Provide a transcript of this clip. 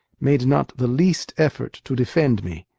made not the least effort to defend me.